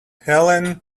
helene